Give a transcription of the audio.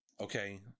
Okay